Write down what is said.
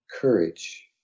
courage